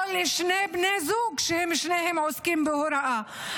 או שני בני זוג ששניהם עוסקים בהוראה.